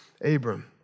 Abram